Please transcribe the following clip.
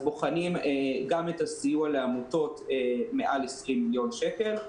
בוחנים גם את הסיוע לעמותות מעל 20 מיליון שקל.